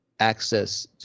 access